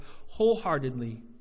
wholeheartedly